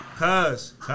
Cuz